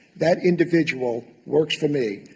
that individual works for me.